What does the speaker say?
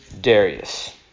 Darius